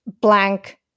blank